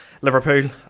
Liverpool